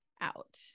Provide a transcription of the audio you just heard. out